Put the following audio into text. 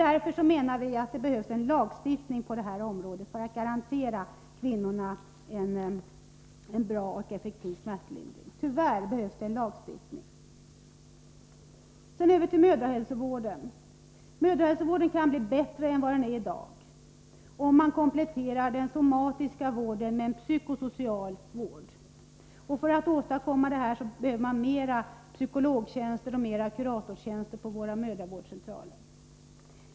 Därför menar vi att det — tyvärr — behövs en lagstiftning på detta område, för att garantera kvinnorna en effektiv smärtlindring. Jag går sedan över till mödrahälsovården. Den kan bli bättre än vad den är i dag, om man kompletterar den somatiska vården med en psykosocial vård. För att åstadkomma det behövs flera psykologoch kuratorstjänster på våra mödravårdscentraler.